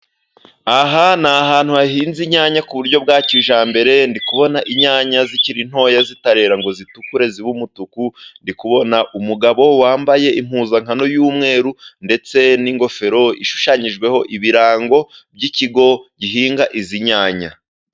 Aha ni ahantu hahinze inyanya ku buryo bwa kijyambere, ndibona inyanya zikiri ntoya zitarera ngo zitukure zibe umutuku, ndikubona umugabo wambaye impuzankano y'umweru ndetse n'ingofero ishushanyijweho ibirango by'ikigo gihinga izi nyanya.